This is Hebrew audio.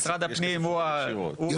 משרד הפנים הוא --- יפה,